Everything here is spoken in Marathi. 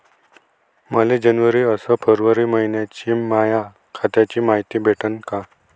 मले जनवरी अस फरवरी मइन्याची माया खात्याची मायती भेटन का?